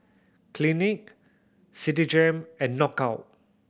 Clinique Citigem and Knockout